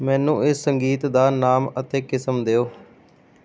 ਮੈਨੂੰ ਇਸ ਸੰਗੀਤ ਦਾ ਨਾਮ ਅਤੇ ਕਿਸਮ ਦਿਓ